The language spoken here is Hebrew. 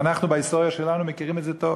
ואנחנו בהיסטוריה שלנו מכירים את זה היטב.